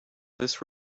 this